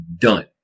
done